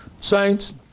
Saints